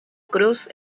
cruz